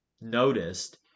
noticed